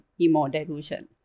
hemodilution